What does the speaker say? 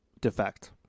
defect